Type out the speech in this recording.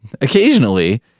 Occasionally